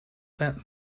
that